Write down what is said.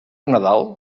nadal